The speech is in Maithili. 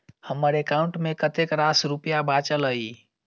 हम्मर एकाउंट मे कतेक रास रुपया बाचल अई?